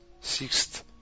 sixth